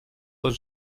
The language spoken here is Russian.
тот